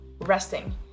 resting